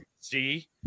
see